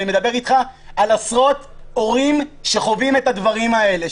אני מדבר אתך על עשרות הורים שחווים את המקרים האלה,